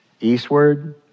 eastward